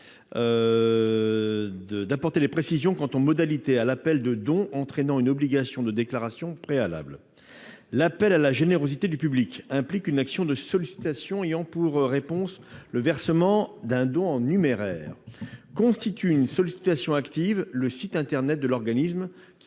d'apporter des précisions quant aux modalités de l'appel de dons entraînant une obligation de déclaration préalable. L'appel à la générosité du public implique une action de sollicitation ayant pour contrepartie le versement d'un don en numéraire. On considère qu'il y a sollicitation active lorsqu'une association